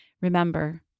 Remember